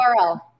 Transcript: URL